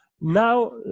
now